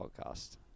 podcast